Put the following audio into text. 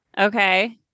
Okay